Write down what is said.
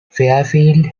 fairfield